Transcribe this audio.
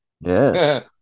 Yes